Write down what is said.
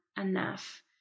enough